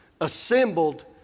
assembled